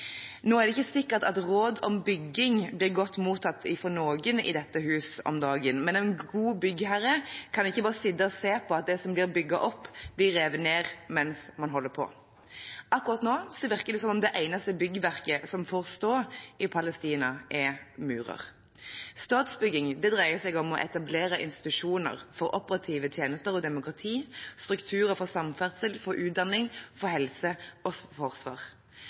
ikke sikkert at råd om bygging blir godt mottatt fra noen i dette hus om dagen, men en god byggherre kan ikke bare sitte og se på at det som blir bygget opp, blir revet ned mens man holder på. Akkurat nå virker det som om det eneste byggverket som får stå i Palestina, er murer. Statsbygging dreier seg om å etablere institusjoner for operative tjenester og demokrati, strukturer for samferdsel, for utdanning, for helse og for forsvar.